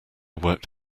worked